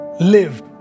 live